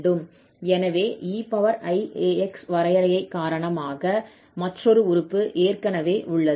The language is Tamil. எனவே 𝑒𝑖𝛼𝑥 வரையறை காரணமாக மற்றொரு உறுப்பு ஏற்கனவே உள்ளது